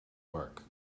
work